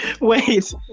wait